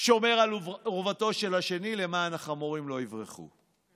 שומר על אורוותו של השני למען החמורים לא יברחו.